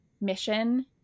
mission